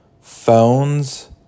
phones